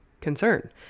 concern